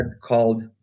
called